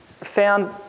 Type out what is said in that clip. found